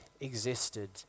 existed